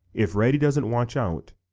if reddy doesn't watch out,